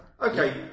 Okay